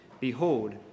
Behold